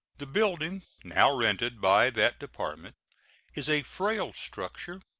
the building now rented by that department is a frail structure,